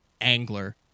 angler